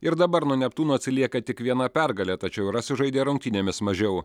ir dabar nuo neptūno atsilieka tik viena pergale tačiau yra sužaidę rungtynėmis mažiau